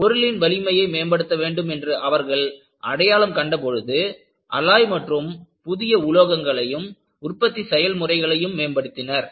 பொருளின் வலிமையை மேம்படுத்த வேண்டும் என்று அவர்கள் அடையாளம் கண்ட பொழுது அல்லாய் மற்றும் புதிய உலோகங்களையும் உற்பத்தி செயல்முறைகளையும் மேம்படுத்தினர்